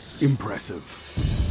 Impressive